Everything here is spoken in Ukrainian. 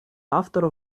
автор